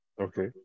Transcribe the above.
Okay